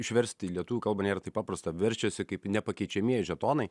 išversti į lietuvių kalbą nėra taip paprasta verčiasi kaip nepakeičiamieji žetonai